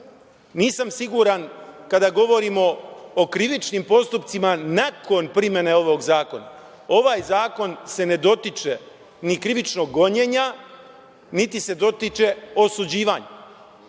nisam siguran kada govorimo o krivičnim postupcima nakon primene zakona, ovaj zakon se ne dotiče ni krivičnog gonjenja, niti se dotiče osuđivanja.